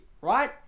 right